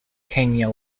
kenya